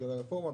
בגלל הרפורמה,